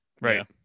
right